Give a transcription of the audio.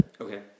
okay